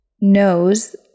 knows